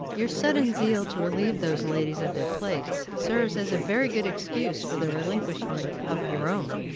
your sudden zeal to relieve those ladies of their plates serves as a very good excuse for the relinquishment of your own.